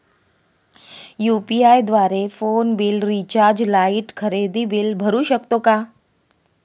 UPI द्वारे phone bill, recharge, light, खरेदी bill भरू शकतो का?